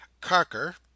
carker